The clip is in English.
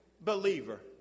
believer